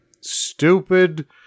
Stupid